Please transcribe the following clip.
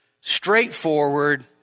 straightforward